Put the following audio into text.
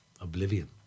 oblivion